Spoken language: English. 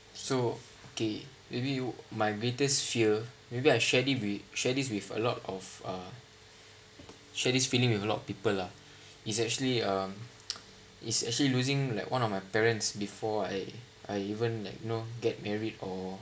so okay maybe you my greatest fear maybe I share it with share this with a lot of share this feeling with a lot of people lah it's actually um it's actually losing like one of my parents before I I even like you know get married or